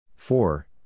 Four